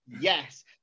Yes